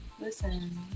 Listen